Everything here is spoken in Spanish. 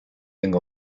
tengo